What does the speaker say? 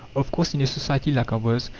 of course, in a society like ours,